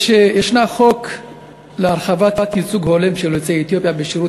יש חוק להרחבת הייצוג ההולם של יוצאי אתיופיה בשירות